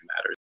matters